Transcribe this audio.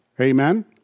Amen